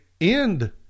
end